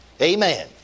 Amen